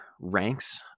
ranks